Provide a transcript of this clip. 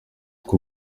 kuri